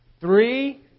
three